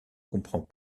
comprend